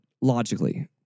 logically